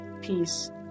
peace